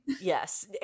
Yes